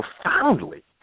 profoundly